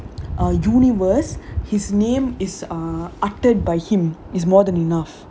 uh universe his name is uh uttered by him is more than enough